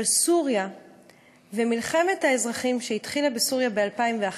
סוריה ומלחמת האזרחים שהתחילה בסוריה ב-2011.